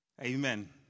amen